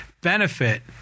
benefit